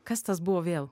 kas tas buvo vėl